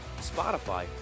spotify